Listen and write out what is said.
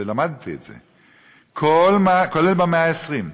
ולמדתי את זה, כולל במאה ה-20,